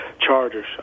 Chargers